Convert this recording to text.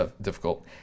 difficult